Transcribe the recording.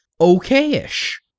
okay-ish